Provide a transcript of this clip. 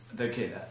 Okay